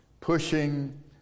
Pushing